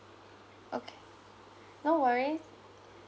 okay no worries